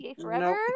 Forever